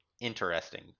interesting